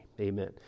amen